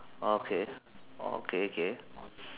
okay okay K